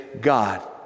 God